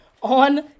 on